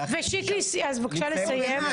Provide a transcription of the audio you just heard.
שיקלי, בבקשה לסיים.